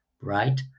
right